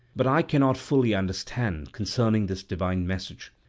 but i cannot fully understand concerning this divine message.